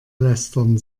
lästern